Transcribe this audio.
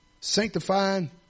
sanctifying